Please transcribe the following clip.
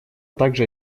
также